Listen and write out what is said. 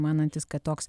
manantis kad toks